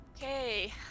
Okay